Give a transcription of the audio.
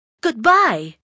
Goodbye